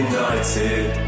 United